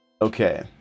Okay